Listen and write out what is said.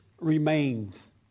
remains